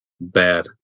bad